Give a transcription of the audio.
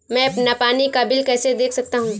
मैं अपना पानी का बिल कैसे देख सकता हूँ?